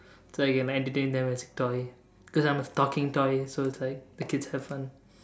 so I can entertain them as a toy because I'm a talking toy so is like the kids have fun